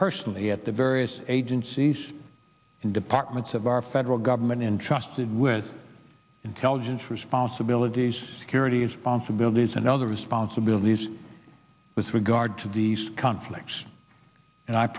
personally at the various agencies and departments of our federal government and trusted with intelligence responsibilities security as ponce abilities and other responsibilities with regard to these conflicts and i